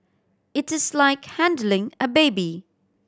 it is like handling a baby